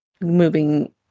moving